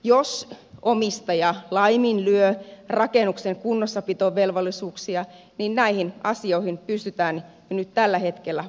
jos omistaja laiminlyö rakennuksen kunnossapitovelvollisuuksia niin näihin asioihin pystytään jo nyt tällä hetkellä puuttumaan